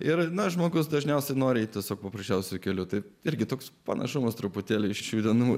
ir na žmogus dažniausiai nori tiesiog paprasčiausiu keliu tai irgi toks panašumas truputėlį šių dienų